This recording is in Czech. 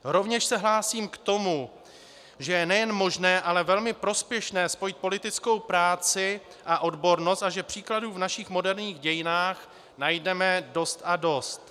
Rovněž se hlásím k tomu, že je nejen možné, ale velmi prospěšné spojit politickou práci a odbornost a že příkladů v našich moderních dějinách najdeme dost a dost.